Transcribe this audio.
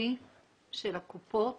הכספי של הקופות בשב"ן.